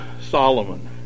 Solomon